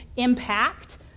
Impact